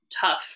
tough